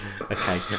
Okay